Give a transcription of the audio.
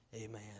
Amen